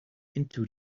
into